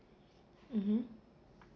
mmhmm